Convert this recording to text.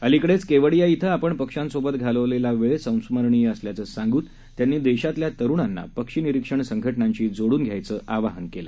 अलिकडेच केवडिया इथं आपण पक्षांसोबत घालवलेला वेळ संस्मरणीय असल्याचं सांगून त्यांनी देशातल्या तरुणांना पक्षी निरीक्षण संघटनांशी जोडून घ्यायचं आवाहन त्यांनी केलं